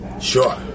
sure